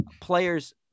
players